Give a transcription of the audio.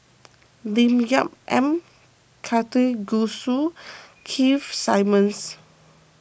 Lim Yau M Karthigesu Keith Simmons